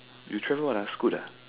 you travel what Scoot lah